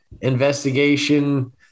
investigation